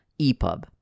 EPUB